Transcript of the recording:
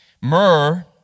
Myrrh